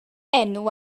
enw